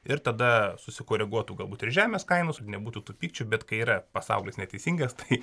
ir tada susikoreguotų galbūt ir žemės kainos nebūtų tų pykčių bet kai yra pasaulis neteisingas tai